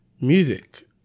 music